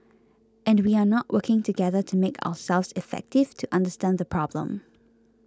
and we are not working together to make ourselves effective to understand the problem